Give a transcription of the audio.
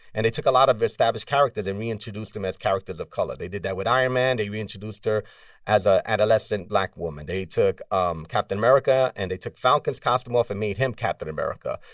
and they took a lot of established characters and re-introduced them as characters of color. they did that with iron man. they re-introduced her as an adolescent black woman. they took um captain america. and they took falcon's costume off and made him captain america.